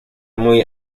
muy